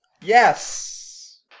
Yes